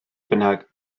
bynnag